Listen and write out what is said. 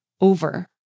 over